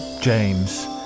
James